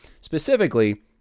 specifically